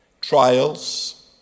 trials